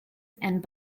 and